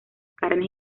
carnes